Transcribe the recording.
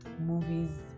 movies